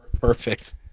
Perfect